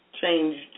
changed